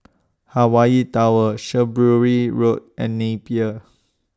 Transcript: Hawaii Tower Shrewsbury Road and Napier